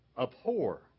abhor